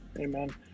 Amen